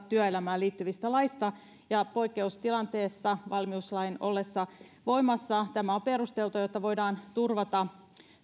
työelämään liittyvistä laeista poikkeustilanteessa valmiuslain ollessa voimassa tämä on perusteltua jotta voidaan turvata